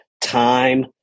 time